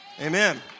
Amen